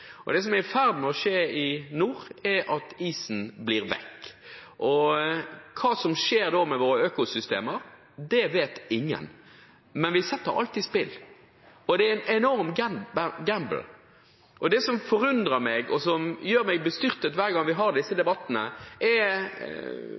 Det som er i ferd med å skje i nord, er at isen blir borte. Hva som da skjer med våre økosystemer, vet ingen. Men vi setter alt i spill. Og det er en enorm gambling. Det ene som forundrer meg, og som gjør meg bestyrtet hver gang vi har disse